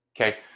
Okay